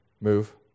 move